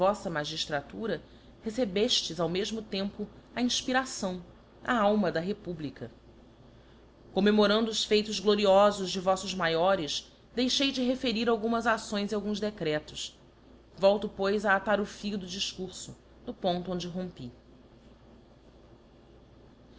vofla magiftratura recebeftes ao mefmo tempo a infpiração a alma da republica commemorando os feitos gloriofos de voffos maiores deixei de referir algumas acções e alguns decretos volto pois a atar o fio do difcurfo no ponto onde o rompi